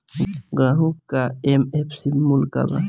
गेहू का एम.एफ.सी मूल्य का बा?